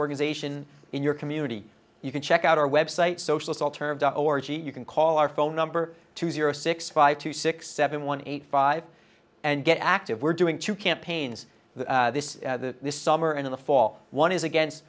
organization in your community you can check out our website social terms you can call our phone number two zero six five two six seven one eight five and get active we're doing two campaigns this this summer and in the fall one is against